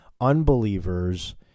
Unbelievers